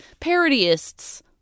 parodyists